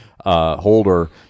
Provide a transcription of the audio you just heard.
Holder